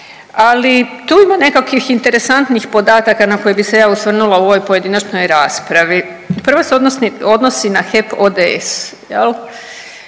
ali tu ima nekakvih interesantnih podataka na koje bih se ja osvrnula u ovoj pojedinačnoj raspravi. Prvi se odnosi na HEP ODS,